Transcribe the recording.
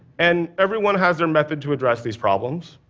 and everyone has their method to address these problems.